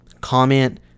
comment